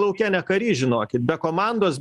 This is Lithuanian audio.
lauke ne karys žinokit be komandos